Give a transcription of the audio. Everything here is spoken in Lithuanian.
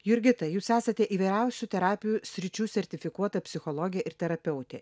jurgita jūs esate įvairiausių terapijos sričių sertifikuota psichologė ir terapeutė